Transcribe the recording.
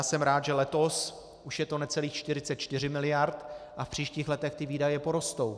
Jsem rád, že letos už je to necelých 44 miliard a v příštích letech ty výdaje porostou.